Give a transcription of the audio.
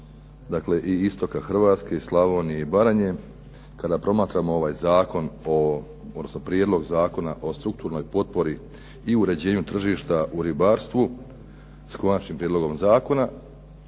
dakle i istoka Hrvatske i Slavonije i Baranje, kada promatramo ovaj Prijedlog zakona o strukturnoj potpori i uređenju tržišta u ribarstvu s Konačnim prijedlogom zakona,